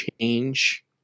change